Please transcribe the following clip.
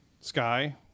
sky